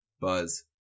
Buzz